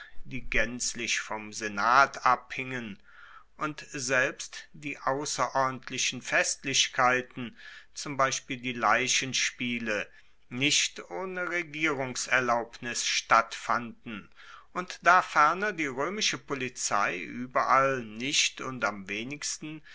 die gaenzlich vom senat abhingen und selbst die ausserordentlichen festlichkeiten zum beispiel die leichenspiele nicht ohne regierungserlaubnis stattfanden und da ferner die roemische polizei ueberall nicht und am wenigsten